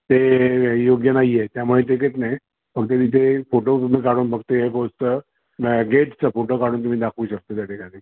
ते योग्य नाहीये त्यामुळे ते देत नाही फक्त तिथे फोटो तुम्ही काढून फक्त एरफोर्सचं नाही गेटचं फोटो काढून तुम्ही दाखवू शकता त्या ठिकाणी